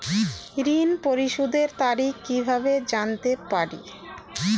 ঋণ পরিশোধের তারিখ কিভাবে জানতে পারি?